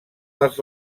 dels